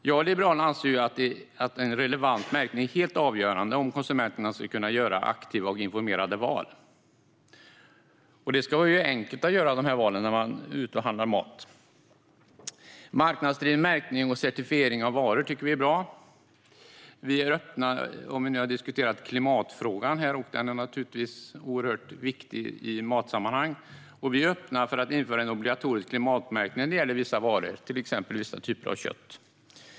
Jag och Liberalerna anser att en relevant märkning är helt avgörande om konsumenterna ska kunna göra aktiva och informerade val. Det ska vara enkelt att göra sådana val när man är ute och handlar mat. Marknadsdriven märkning och certifiering av varor tycker vi är bra. Vi har diskuterat klimatfrågan här, och den är naturligtvis oerhört viktig i matsammanhang. Vi är öppna för att införa en obligatorisk klimatmärkning av vissa varor, till exempel vissa typer av kött.